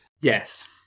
Yes